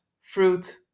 fruit